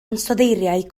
ansoddeiriau